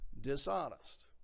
Dishonest